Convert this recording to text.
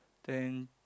then